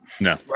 No